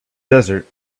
desert